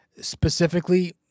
Specifically